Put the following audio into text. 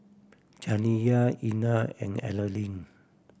Janiya Einar and Alene